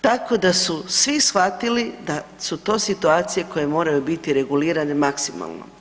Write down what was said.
Tako da su svi shvatili da su to situacije koje moraju biti regulirane maksimalno.